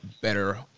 better